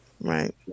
Right